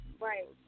Right